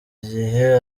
igihe